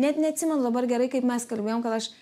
net neatsimenu dabar gerai kaip mes kalbėjom kad aš